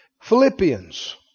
Philippians